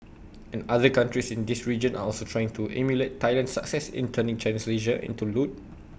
and other countries in this region are also trying to emulate Thailand's success in turning Chinese leisure into loot